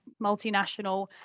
multinational